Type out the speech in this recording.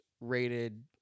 rated